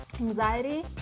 anxiety